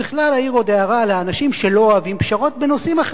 אעיר עוד הערה לאנשים שלא אוהבים פשרות בנושאים אחרים גם.